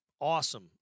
awesome